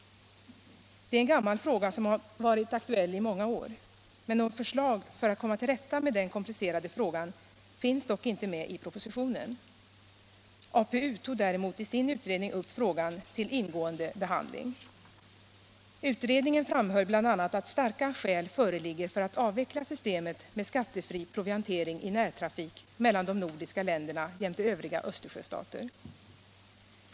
Det är en gammal fråga som har varit aktuell i många år. Men något förslag för att komma till rätta med den komplicerade frågan finns inte med i propositionen. APU tog däremot i sin utredning upp frågan till ingående behandling. Utredningen framhöll bl.a. att starka skäl föreligger för att avveckla systemet med skattefri proviantering i närtrafik mellan de nordiska länderna jämte övriga Östersjöstater.